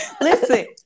Listen